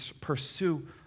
pursue